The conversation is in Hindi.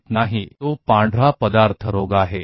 इसलिए क्या यह व्हाइट मैटर की बीमारी है